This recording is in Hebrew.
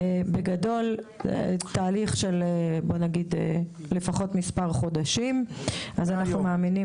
זה תהליך של לפחות מספר חודשים; אנחנו מאמינים